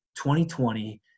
2020